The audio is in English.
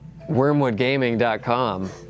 wormwoodgaming.com